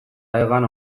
hegan